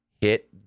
hit